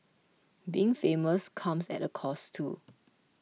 being famous comes at a cost too